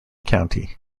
county